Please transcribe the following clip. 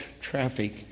traffic